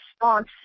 response